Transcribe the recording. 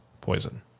poison